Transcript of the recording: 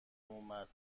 اومد